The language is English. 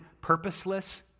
purposeless